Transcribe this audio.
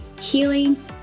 healing